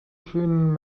schönen